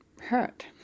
hurt